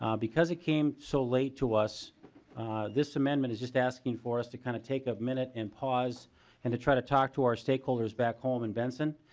um because it came so late to us this amendment is just asking for us to kind of take a minute and pause and try to talk to our stakeholders back home in venison.